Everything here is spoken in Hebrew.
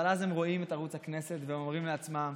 אבל אז הם רואים את ערוץ הכנסת ואומרים לעצמם: